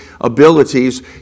abilities